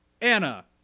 Anna